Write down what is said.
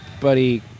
buddy